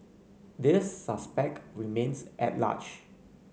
the suspect remains at large